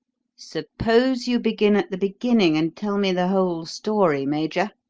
suppose you begin at the beginning and tell me the whole story, major,